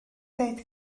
dweud